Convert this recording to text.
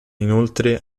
inoltre